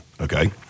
okay